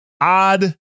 odd